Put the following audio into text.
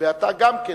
ואתה גם כן,